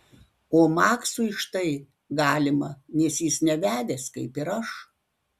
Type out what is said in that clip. o maksui štai galima nes jis nevedęs kaip ir aš